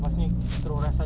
ah Citibank